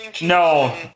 no